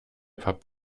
pub